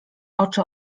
oczy